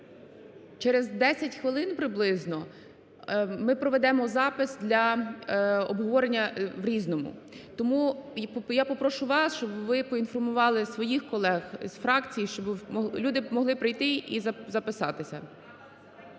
через 10 хвилин приблизно ми проведемо запис для обговорення в "різному". Тому я попрошу вас, щоб ви поінформували своїх колег з фракцій, щоби люди могли прийняти і записатися.